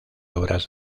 obras